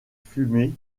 fumées